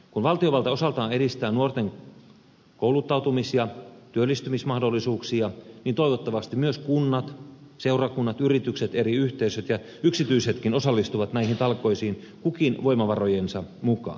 kun valtiovalta osaltaan edistää nuorten kouluttautumis ja työllistymismahdollisuuksia niin toivottavasti myös kunnat seurakunnat yritykset eri yhteisöt ja yksityisetkin osallistuvat näihin talkoisiin kukin voimavarojensa mukaan